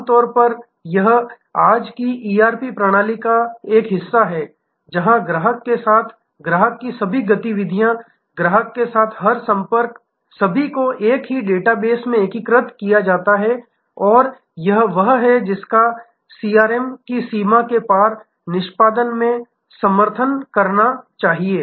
आमतौर पर यह आज की ईआरपी प्रणाली का एक हिस्सा है जहाँ ग्राहक के साथ ग्राहक की सभी गतिविधियाँ ग्राहक के साथ हर एक संपर्क सभी को एक ही डेटाबेस में एकीकृत किया जाता है और यह वह है जिसका सीआरएम की सीमा के पार निष्पादन में समर्थन करना चाहिए